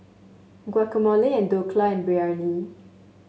Guacamole and Dhokla Biryani